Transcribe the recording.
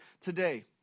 today